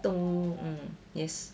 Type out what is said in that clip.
dong mm yes